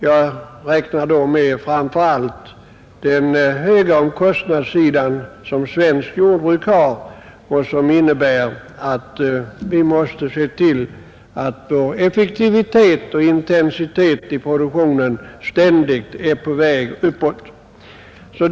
Jag tänker då framför allt på det höga omkostnadsläge, som svenskt jordbruk har och som medför att vi måste se till att vår effektivitet och intensitet i produktionen ständigt är på väg uppåt.